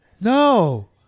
No